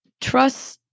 trust